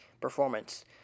performance